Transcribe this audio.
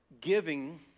giving